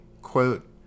quote